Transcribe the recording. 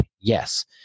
yes